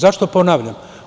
Zašto ponavljam?